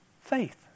Faith